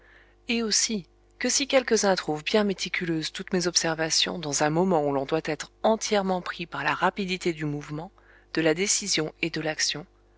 et aussi que si quelquesuns trouvent bien méticuleuses toutes mes observations dans un moment où l'on doit être entièrement pris par la rapidité du mouvement de la décision et de l'action